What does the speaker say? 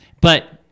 But-